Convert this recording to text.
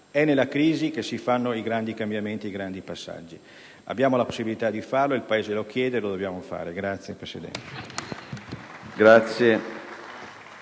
È nella crisi che si fanno i grandi cambiamenti e i grandi passaggi: abbiamo la possibilità di farlo, il Paese lo chiede, e lo dobbiamo fare. *(Applausi